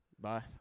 Bye